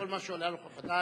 כל מה שעולה על רוחך.